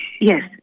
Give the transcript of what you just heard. Yes